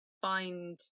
find